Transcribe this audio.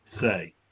say